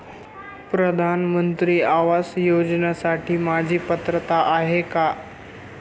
प्रधानमंत्री आवास योजनेसाठी माझी पात्रता आहे का?